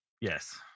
Yes